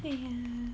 ya